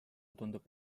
tundub